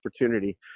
opportunity